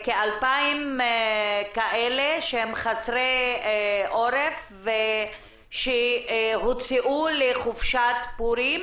יש כ-2,000 חסרי עורף שהוצאו לחופשת פורים